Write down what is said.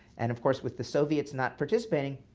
and of course, with the soviets not participating,